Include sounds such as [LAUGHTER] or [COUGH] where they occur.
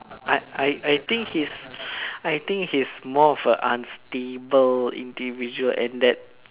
I I I think he's I think he is more of a unstable individual and that [NOISE]